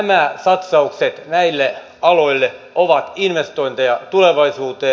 nämä satsaukset näille aloille ovat investointeja tulevaisuuteen